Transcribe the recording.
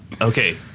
okay